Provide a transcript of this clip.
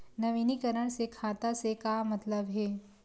नवीनीकरण से खाता से का मतलब हे?